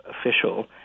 official